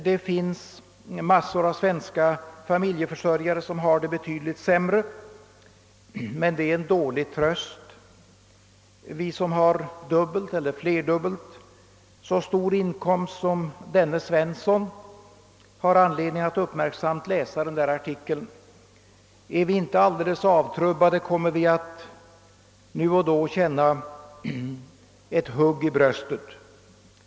Det finns massor av svenska familjeförsörjare som har det betydligt sämre. Men det är en dålig tröst. Vi som har dubbelt eller flerdubbelt så stor inkomst som denne Svensson har anledning att uppmärksamt läsa artikeln. Är vi inte alldeles avtrubbade, kommer vi att nu och då känna ett hugg i bröstet.